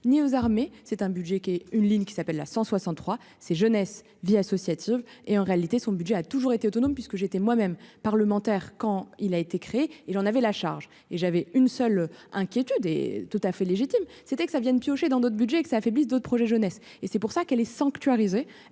ni aux armées, c'est un budget qui est une ligne qui s'appelle la 163 c'est jeunesse vie associative et en réalité, son budget a toujours été autonome puisque j'ai été moi-même parlementaire quand il a été créé, il en avait la charge et j'avais une seule inquiétude et tout à fait légitime, c'était que ça vienne piocher dans d'autres Budgets que cela affaiblisse d'autres projets jeunesse et c'est pour ça qu'elle est sanctuarisé,